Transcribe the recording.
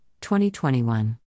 2021